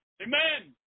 Amen